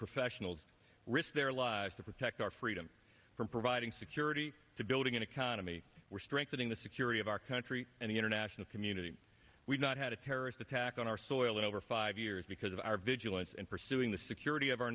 professionals risk their lives to protect our freedom from providing security to building an economy we're strengthening the security of our country and the international community we've not had a terrorist attack on our soil in over five years because of our vigilance and pursuing the security of our